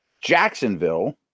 Jacksonville